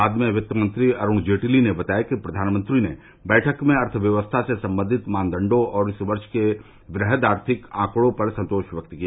बाद में वित्तमंत्री अरुण जेटली ने बताया कि प्रधानमंत्री ने बैठक में अर्थव्यवस्था से संबंधित मानदंडों और इस वर्ष के वहद आर्थिक आंकडों पर संतोष व्यक्त किया